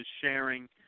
sharing